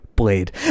blade